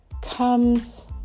comes